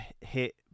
hit